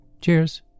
Cheers